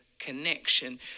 Connection